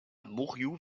mourioux